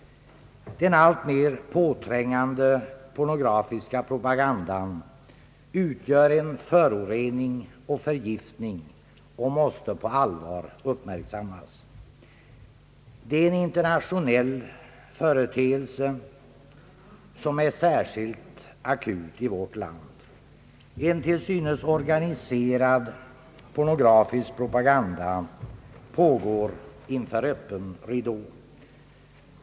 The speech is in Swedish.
Den alltmer påträngande pornografiska propagandan utgör en förorening och förgiftning och måste på allvar uppmärksammas. Det är en internationell företeelse som är särskilt akut i vårt land. En till synes organiserad pornografisk propaganda pågår inför öppen ridå.